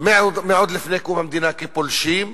עוד מלפני קום המדינה פולשים.